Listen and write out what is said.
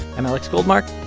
i'm alex goldmark,